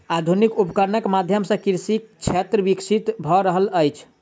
आधुनिक उपकरणक माध्यम सॅ कृषि क्षेत्र विकसित भ रहल अछि